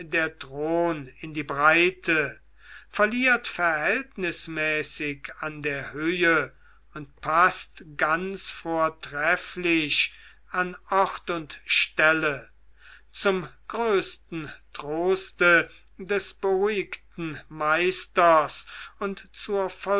der thron in die breite verliert verhältnismäßig an der höhe und paßt ganz vortrefflich an ort und stelle zum größten troste des beruhigten meisters und zur